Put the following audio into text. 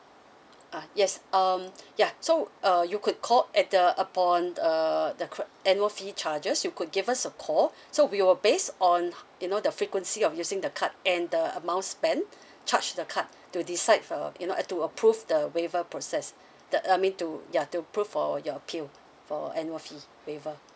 uh yes um ya so uh you could call at the upon err the cred~ annual fee charges you could give us a call so we will base on you know the frequency of using the card and the amount spent charged the card to decide uh you know uh to approve the waiver process the uh I mean to ya to approve for your appeal for annual fee waiver